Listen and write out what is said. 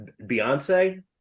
Beyonce